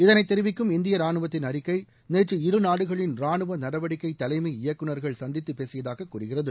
இதனை தெரிவிக்கும் இந்திய ரானுவத்தின் அறிக்கை நேற்று இருநாடுகளின் ரானுவ நடவடிக்கை தலைமை இயக்குநர்கள் சந்தித்து பேசியதாக கூறுகிறது